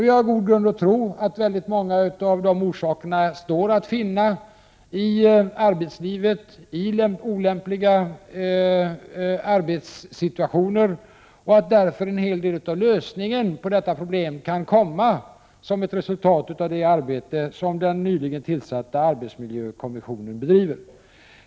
Vi har god grund att tro att väldigt många av dessa orsaker står att finna i arbetslivet och olämpliga arbetssituationer och att en del av lösningen på detta problem kan komma som ett resultat av det arbete som den nyligen tillsatta arbetsmiljökommissionen bedriver.